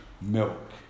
milk